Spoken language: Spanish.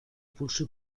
pulso